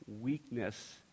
weakness